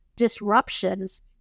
disruptions